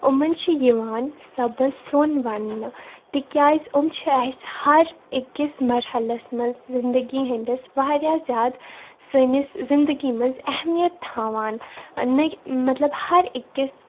یِمَن چھِ یِوان سبٕز سۄن وَننہٕ تِکیٛازِ یِم چھِ اَسہِ ہَر أکِس مَرحلَس منٛز زِندگی ہِنٛدِس واریاہ زیادٕ سٲنِس زِندگی منٛز اہمیت تھاوان مطلب نے ہَر أکِس